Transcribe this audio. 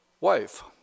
wife